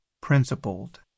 principled